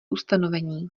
ustanovení